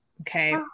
Okay